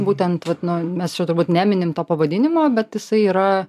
būtent vat nu mes čia turbūt neminim to pavadinimo bet jisai yra